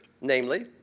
Namely